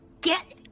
GET